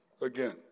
again